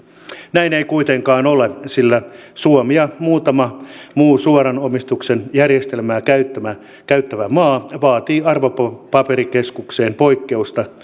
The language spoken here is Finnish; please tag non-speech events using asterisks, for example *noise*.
näin ei kuitenkaan ole sillä suomi ja muutama muu suoran omistuksen järjestelmää käyttävä maa vaatii arvopaperikeskukseen poikkeusta *unintelligible*